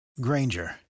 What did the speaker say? Granger